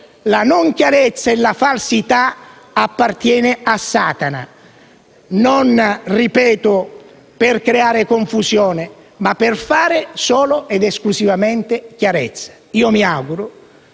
la non chiarezza e la falsità appartengono a Satana. Lo dico non - ripeto - per creare confusione, ma per fare solo ed esclusivamente chiarezza. Mi auguro